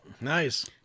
Nice